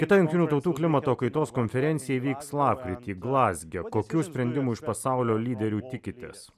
kita jungtinių tautų klimato kaitos konferencija įvyks lapkritį glazge kokių sprendimų iš pasaulio lyderių tikitės